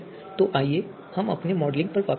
तो आइए हम अपने मॉडलिंग पर वापस जाएं